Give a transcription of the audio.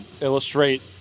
illustrate